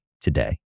today